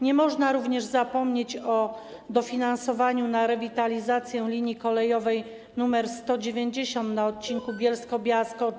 Nie można również zapomnieć o dofinansowaniu na rewitalizację linii kolejowej nr 190 na odcinku Bielsko-Biała - Skoczów.